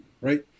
right